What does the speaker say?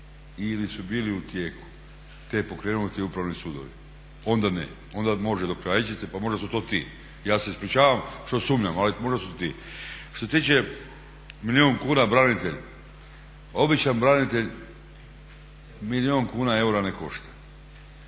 ili su bili u tijeku te pokrenuti upravni sudovi. Onda ne, onda može … pa možda su to. Ja se ispričavam što sumnjam ali možda su ti. Što se tiče milijun kuna branitelj, običan branitelj milijun kuna eura ne košta,